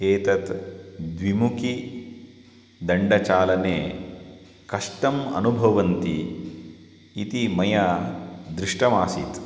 एतत् द्विमुखीदण्डचालने कष्टम् अनुभवन्ति इति मया दृष्टमासीत्